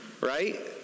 Right